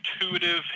intuitive